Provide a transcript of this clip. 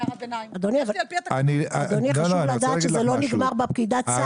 אדוני, חשוב לדעת שזה לא נגמר בפקידת סעד.